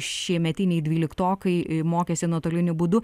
šiemetiniai dvyliktokai mokėsi nuotoliniu būdu